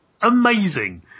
Amazing